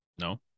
No